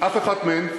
אף אחת מהן,